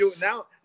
now